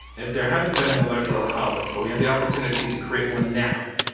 if there hadn't been an electoral college, but we had the opportunity to create one, now,